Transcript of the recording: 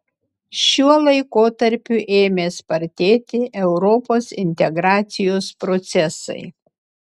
šiuo laikotarpiu ėmė spartėti europos integracijos procesai